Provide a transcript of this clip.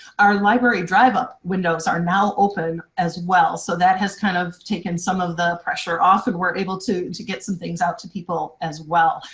our library drive-up windows are now open as well, so that has kind of taken some of the pressure off and we're able to to get some things out to people, as well.